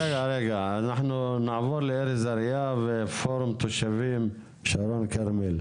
נעבור לארז אריאב, פורום תושבים שרון-כרמל.